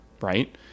right